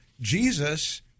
Jesus